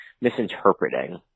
misinterpreting